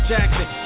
Jackson